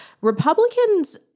Republicans